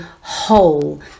whole